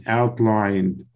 outlined